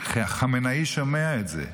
חמינאי שומע את זה.